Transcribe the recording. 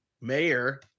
Mayor